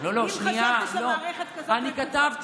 אם חשבת שמערכת כזאת, לא, שנייה, אני כתבתי.